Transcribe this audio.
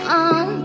on